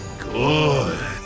Good